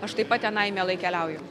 aš taip pat tenai mielai keliauju